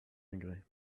angry